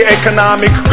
economic